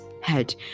Head